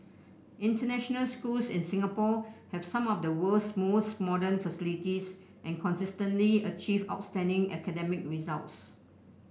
international schools in Singapore have some of the world's most modern facilities and consistently achieve outstanding academic results